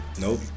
Nope